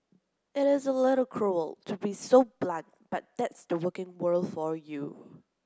it is a little cruel to be so blunt but that's the working world for you